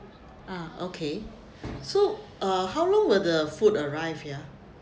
ah okay so uh how long will the food arrive ya